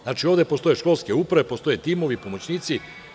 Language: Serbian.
Znači, ovde postoje školske uprave, postoje timovi i pomoćnici.